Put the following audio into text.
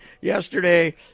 yesterday